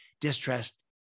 Distrust